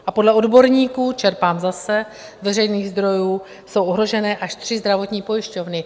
A podle odborníků, čerpám zase z veřejných zdrojů, jsou ohroženy až tři zdravotní pojišťovny.